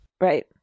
right